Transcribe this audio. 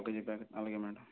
పావు KG packet అలాగే madam